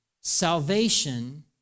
Salvation